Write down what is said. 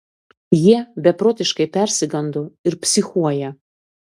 jie beprotiškai persigando ir psichuoja